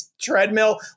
treadmill